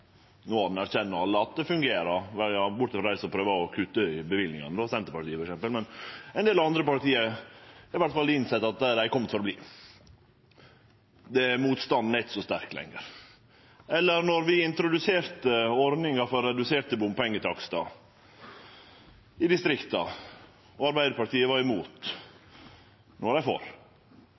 No anerkjenner alle at det fungerer, bortsett frå dei som prøver å kutte i løyvingane, Senterpartiet f.eks., men ein del andre parti har i alle fall innsett at dei er komne for å bli. Motstanden er ikkje så sterk lenger. Då vi introduserte ordninga for reduserte bompengetakstar i distrikta, var Arbeidarpartiet imot. No er dei for.